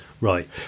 Right